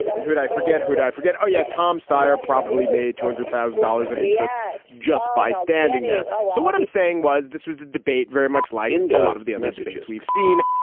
and who had i forget? who i forget? oh, yeah. tom stier probably made two hundred thousand dollars in interest just by standing there. so what i'm saying was this was a debate very much like a lot of the other debates we've seen,